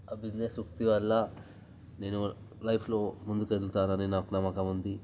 ఆ బిజినెస్ వృత్తి వల్ల నేను లైఫ్లో ముందుకు వెళ్తానని నాకు నమ్మకముంది